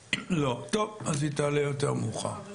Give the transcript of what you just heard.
לא, טוב, אז היא תעלה יותר מאוחר.